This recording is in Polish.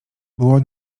było